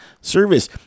service